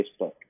facebook